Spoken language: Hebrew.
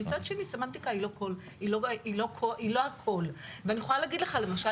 מצד שני סמנטיקה היא לא הכול ואני יכולה להגיד לך למשל